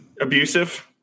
Abusive